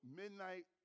midnight